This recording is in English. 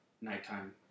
Nighttime